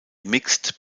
mixed